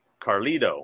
Carlito